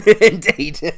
Indeed